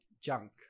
junk